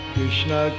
Krishna